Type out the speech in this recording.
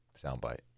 soundbite